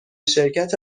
شرکت